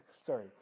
Sorry